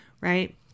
right